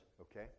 okay